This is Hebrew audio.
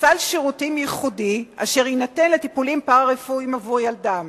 סל שירותים ייחודי לטיפולים פארה-רפואיים עבור ילדים.